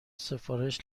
سفارش